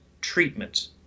treatment